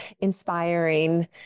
inspiring